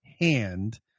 hand